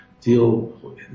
deal